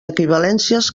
equivalències